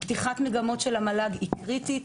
פתיחת מגמות של המל"ג היא קריטית,